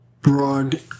broad